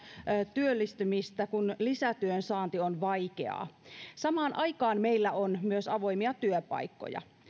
työllistymistä kun lisätyön saanti on vaikeaa samaan aikaan meillä on myös avoimia työpaikkoja